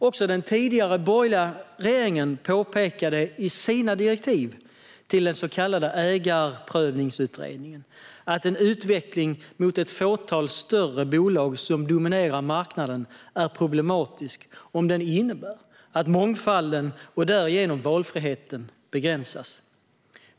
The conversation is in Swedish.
Också den tidigare borgerliga regeringen påpekade i sina direktiv till den så kallade Ägarprövningsutredningen att en utveckling mot ett fåtal större bolag som dominerar marknaden är problematisk om den innebär att mångfalden och därigenom valfriheten begränsas.